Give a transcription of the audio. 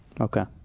Okay